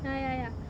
ya ya ya